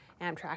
Amtrak